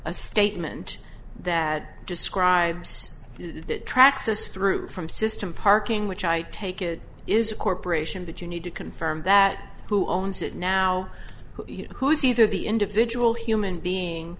a statement that describes the tracks as through from system parking which i take it is a corporation that you need to confirm that who owns it now who is either the individual human being